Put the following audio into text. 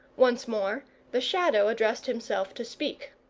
once more the shadow addressed himself to speak.